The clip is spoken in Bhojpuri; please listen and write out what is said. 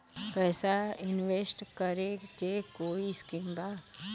पैसा इंवेस्ट करे के कोई स्कीम बा?